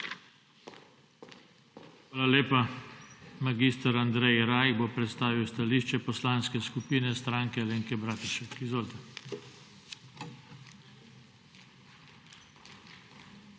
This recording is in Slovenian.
Hvala lepa. Mag. Andrej Rajh bo predstavil stališče Poslanske skupine Stranke Alenke Bratušek. Izvolite.